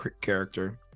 character